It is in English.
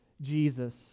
Jesus